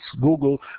Google